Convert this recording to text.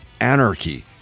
anarchy